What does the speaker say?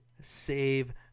Save